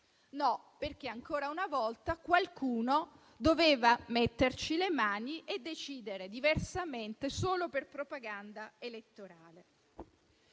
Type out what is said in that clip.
No, perché ancora una volta qualcuno doveva metterci le mani e decidere diversamente, solo per propaganda elettorale.